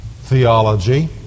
theology